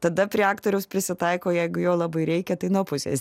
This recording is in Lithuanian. tada prie aktoriaus prisitaiko jeigu jo labai reikia tai nuo pusės